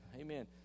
amen